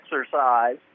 exercise